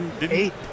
Eight